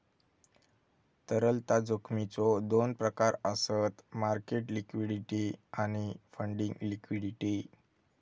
तरलता जोखमीचो दोन प्रकार आसत मार्केट लिक्विडिटी आणि फंडिंग लिक्विडिटी